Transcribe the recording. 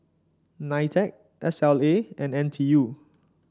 Nitec S L A and N T U